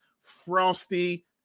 frosty